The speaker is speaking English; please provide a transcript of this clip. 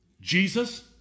Jesus